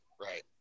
right